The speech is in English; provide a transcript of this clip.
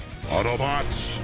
Autobots